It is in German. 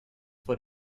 vor